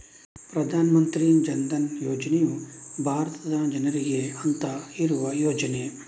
ಪ್ರಧಾನ ಮಂತ್ರಿ ಜನ್ ಧನ್ ಯೋಜನೆಯು ಭಾರತದ ಜನರಿಗೆ ಅಂತ ಇರುವ ಯೋಜನೆ